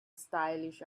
stylish